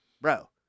bro